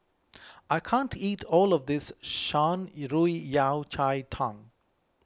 I can't eat all of this Shan Yao Cai Tang